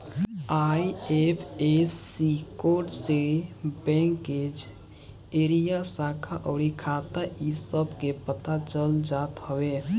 IFSC code से bank के area, शाखा अउरी खाता इ सब के पता चल जात हवे